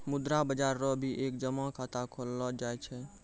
मुद्रा बाजार रो भी एक जमा खाता खोललो जाय छै